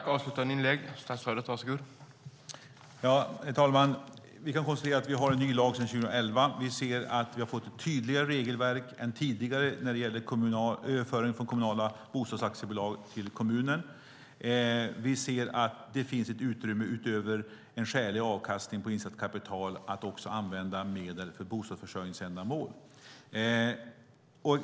Herr talman! Vi kan konstatera att vi har en ny lag sedan 2011. Vi har fått ett tydligare regelverk till kommunerna än tidigare när det gäller kommunala bostadsaktiebolag. Vi ser att det finns ett utrymme, utöver en skälig avkastning på insatt kapital, att också använda medel för bostadsförsörjningsändamål.